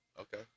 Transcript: Okay